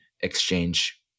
exchange